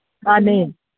ꯃꯥꯅꯦ